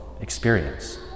experience